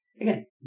again